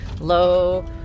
Low